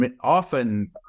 often